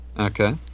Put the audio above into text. Okay